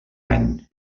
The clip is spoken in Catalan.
any